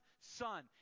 son